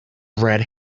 red